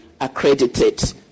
accredited